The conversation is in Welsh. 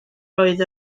roedd